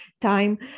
time